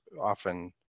often